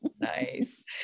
Nice